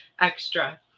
extra